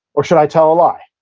or should i tell a lie?